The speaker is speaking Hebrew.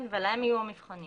כן, ולהם יהיו המבחנים.